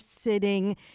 sitting